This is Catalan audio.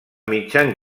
mitjan